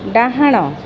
ଡାହାଣ